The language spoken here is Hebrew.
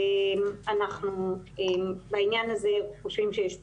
אנחנו בעניין הזה חושבים שיש בשורה.